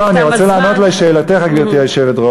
לא, אני רוצה לענות לשאלתך, גברתי היושבת-ראש.